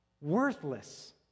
Worthless